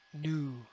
new